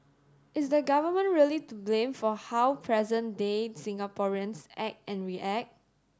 is the Government really to blame for how present day Singaporeans act and react